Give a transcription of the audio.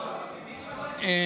בזמנה.